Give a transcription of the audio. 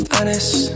Honest